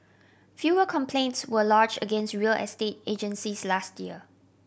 fewer complaints were lodged against real estate agencies last year